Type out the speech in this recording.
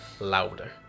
louder